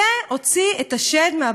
זה הוציא את השד מהבקבוק.